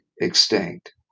extinct